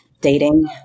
dating